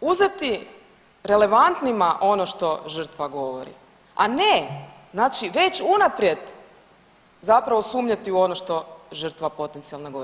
uzeti relevantnima ono što žrtva govori, a ne znači već unaprijed zapravo sumnjati u ono što žrtva potencijalna govori.